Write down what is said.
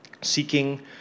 seeking